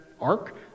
ark